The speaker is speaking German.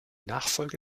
nachfolge